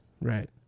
right